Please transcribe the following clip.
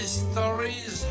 stories